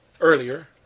earlier